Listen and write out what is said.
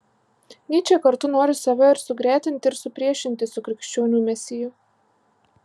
nyčė kartu nori save ir sugretinti ir supriešinti su krikščionių mesiju